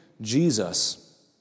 Jesus